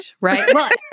right